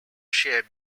share